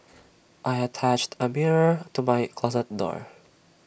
I attached A mirror to my closet door